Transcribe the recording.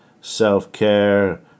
self-care